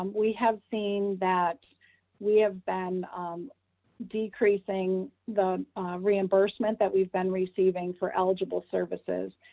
um we have seen that we have been um decreasing the reimbursement that we've been receiving for eligible services,